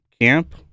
camp